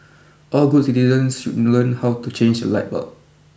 all good citizens should learn how to change a light bulb